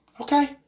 Okay